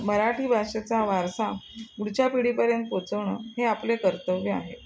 मराठी भाषेचा वारसा पुढच्या पिढीपर्यंत पोचवणं हे आपले कर्तव्य आहे